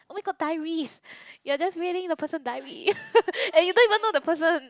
oh-my-god diaries you're just reading the person diary and you don't even know the person